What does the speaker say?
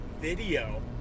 video